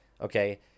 Okay